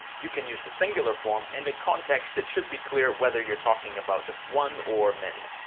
you can use the singular form, and, in context, it should be clear whether you're talking about just one or many.